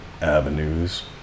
avenues